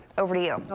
over to you.